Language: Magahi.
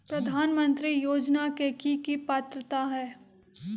प्रधानमंत्री योजना के की की पात्रता है?